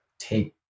take